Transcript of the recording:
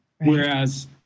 Whereas